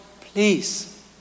please